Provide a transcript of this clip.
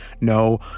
no